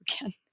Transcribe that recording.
again